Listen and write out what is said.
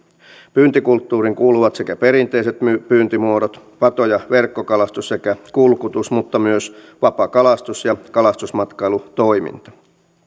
pyyntikulttuuriin kuuluvat sekä perinteiset pyyntimuodot pato ja verkkokalastus sekä kulkutus mutta myös vapakalastus ja kalastusmatkailutoiminta